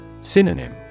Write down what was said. Synonym